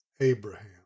Abraham